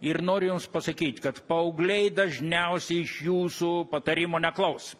ir noriu jums pasakyt kad paaugliai dažniausiai iš jūsų patarimo neklaus